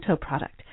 product